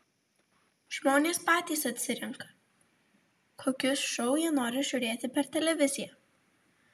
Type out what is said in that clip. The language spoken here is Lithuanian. žmonės patys atsirenka kokius šou jie nori žiūrėti per televiziją